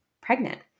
pregnant